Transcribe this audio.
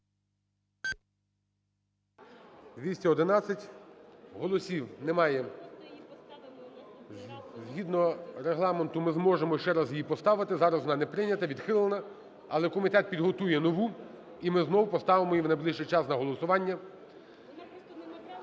За-211 Голосів немає. Згідно Регламенту ми зможемо ще раз її поставити. Зараз вона не прийнята, відхилена. Але комітет підготує нову, і ми знову поставимо її в найближчий час на голосування.